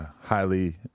highly